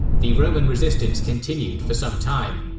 the roman resistance continued for some time,